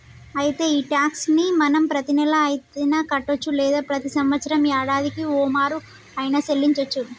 అయితే ఈ టాక్స్ ని మనం ప్రతీనెల అయిన కట్టొచ్చు లేదా ప్రతి సంవత్సరం యాడాదికి ఓమారు ఆయిన సెల్లించోచ్చు